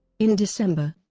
in december,